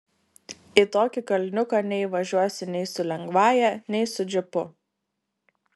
į tokį kalniuką neįvažiuosi nei su lengvąja nei su džipu